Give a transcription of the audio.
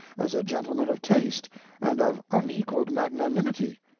as a gentleman of taste and of unequaled magnanimity?